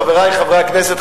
חברי חברי הכנסת,